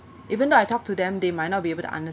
even though I talk to them they might not be able to under~